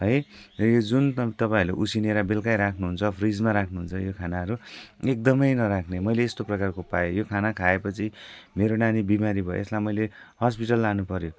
है र यो जुन तपाईँहरू उसिनेर बेग्लै राख्नुहुन्छ फ्रिजमा राख्नुहुन्छ यो खानाहरू एकदमै नराख्ने मैले यस्तो प्रकारको पाएँ यो खाना खाएपछि मेरो नानी बिमारी भयो यसलाई मैले हस्पिटल लानुपऱ्यो